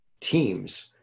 teams